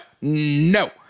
no